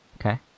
Okay